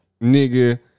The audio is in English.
nigga